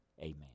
amen